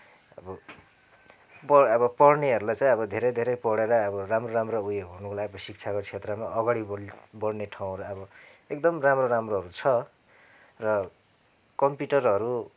अब अब पढ्नेहरूलाई चाहिँ अब धेरै धेरै पढेर अब राम्रो राम्रो उयो हुनुलाई शिक्षाको क्षेत्रमा अघाडि बढ्ने ठाउँहरू अब एकदम राम्रो राम्रोहरू छ र कम्प्युटरहरू